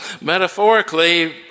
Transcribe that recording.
Metaphorically